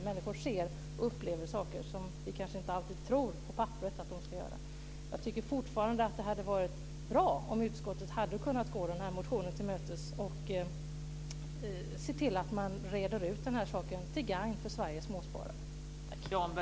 Människor ser och upplever saker som vi kanske inte alltid tror att de ska göra. Jag tycker fortfarande att det hade varit bra om utskottet hade kunnat gå motionen till mötes och sett till att man reder ut denna sak till gagn för Sveriges småsparare.